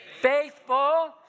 faithful